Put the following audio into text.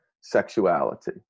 sexuality